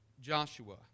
Joshua